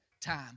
time